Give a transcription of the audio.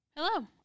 Hello